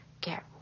get